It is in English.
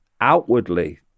outwardly